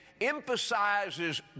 emphasizes